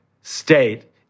state